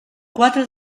quatre